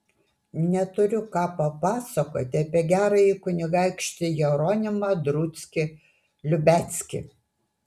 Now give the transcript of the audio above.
neturiu ką papasakoti apie gerąjį kunigaikštį jeronimą druckį liubeckį